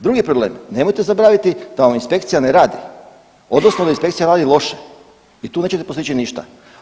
Drugi problem, nemojte zaboraviti da vam inspekcija ne radi odnosno da inspekcija radi loše i tu nećete postići ništa.